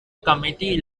committee